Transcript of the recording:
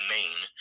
Maine